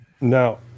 Now